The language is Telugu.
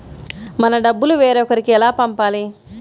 మన డబ్బులు వేరొకరికి ఎలా పంపాలి?